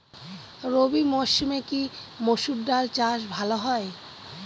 রবি মরসুমে কি মসুর ডাল চাষ ভালো হয়?